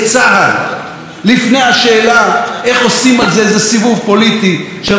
לפני השאלה איך עושים על זה איזה סיבוב פוליטי של חמש דקות מכוערות.